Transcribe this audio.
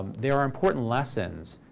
there are important lessons,